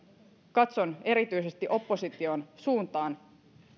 katson erityisesti opposition suuntaan